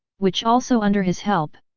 which also under his help.